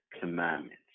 commandments